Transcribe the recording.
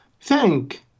thank